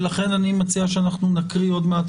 ולכן אני מציע שאנחנו נקריא עוד מעט,